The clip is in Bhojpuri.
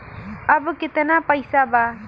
अब कितना पैसा बा?